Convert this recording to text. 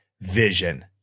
vision